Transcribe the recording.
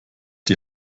die